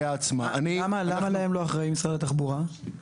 למה משרד התחבורה לא אחראי להם?